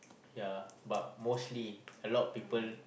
yeah but mostly a lot people